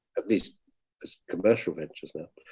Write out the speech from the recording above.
at least it's commercial ventures now.